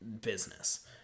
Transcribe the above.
business